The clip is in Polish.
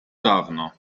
dawno